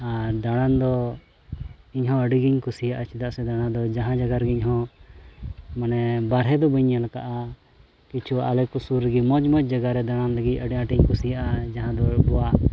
ᱟᱨ ᱫᱟᱬᱟᱱ ᱫᱚ ᱤᱧᱦᱚᱸ ᱟᱹᱰᱤᱜᱮᱧ ᱠᱩᱥᱤᱭᱟᱜᱼᱟ ᱪᱮᱫᱟᱜ ᱥᱮ ᱫᱟᱬᱟᱱ ᱫᱚ ᱡᱟᱦᱟᱸ ᱡᱟᱭᱜᱟᱨᱮ ᱤᱧᱦᱚᱸ ᱢᱟᱱᱮ ᱵᱟᱦᱨᱮ ᱫᱚ ᱵᱟᱹᱧ ᱧᱮᱞ ᱟᱠᱟᱫᱼᱟ ᱠᱤᱪᱷᱩ ᱟᱞᱮ ᱠᱚ ᱥᱩᱨ ᱨᱮᱜᱮ ᱢᱚᱡᱽᱼᱢᱚᱡᱽ ᱡᱟᱭᱜᱟ ᱨᱮ ᱫᱟᱬᱟᱱ ᱞᱟᱹᱜᱤᱫ ᱟᱹᱰᱤ ᱟᱴᱤᱧ ᱠᱩᱥᱤᱭᱟᱜᱼᱟ ᱡᱟᱦᱟᱸ ᱫᱚ ᱟᱵᱚᱣᱟᱜ